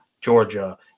Georgia